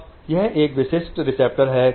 अब यह एक विशिष्ट रिसेप्टर है